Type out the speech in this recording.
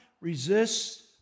resists